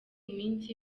minsi